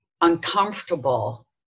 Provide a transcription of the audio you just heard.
uncomfortable